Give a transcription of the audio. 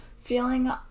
Feeling